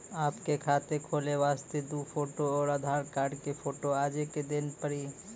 आपके खाते खोले वास्ते दु फोटो और आधार कार्ड के फोटो आजे के देल पड़ी?